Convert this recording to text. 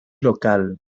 local